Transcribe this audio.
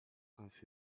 info